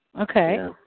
Okay